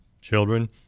children